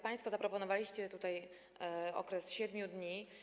Państwo zaproponowaliście tutaj okres 7 dni.